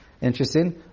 Interesting